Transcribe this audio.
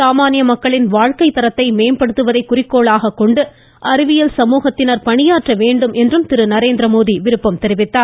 சாமானிய மக்களின் வாழ்க்கைத்தரத்தை மேம்படுத்துவதை குறிக்கோளாக கொண்டு அறிவியல் சமூகத்தினர் பணியாற்ற வேண்டும் என்று பிரதமர் விருப்பம் தெரிவித்தார்